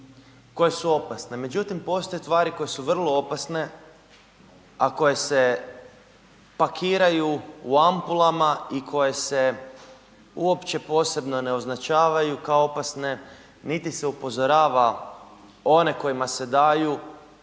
koje su opasne međutim postoje tvari koje su vrlo opasne a koje se pakiraju u ampulama i koje se uopće posebno ne označavaju kao opasne niti se upozorava one kojima se daju,